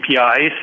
APIs